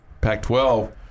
PAC-12